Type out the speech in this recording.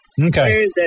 Okay